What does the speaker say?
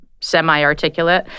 semi-articulate